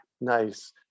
Nice